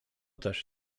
też